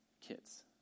kids